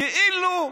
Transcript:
כאילו,